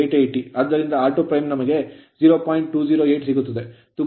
208Ω ಸಿಗುತ್ತದೆ